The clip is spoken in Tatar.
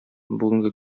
бүгенге